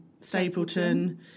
Stapleton